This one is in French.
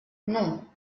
non